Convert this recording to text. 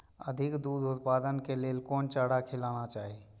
अधिक दूध उत्पादन के लेल कोन चारा खिलाना चाही?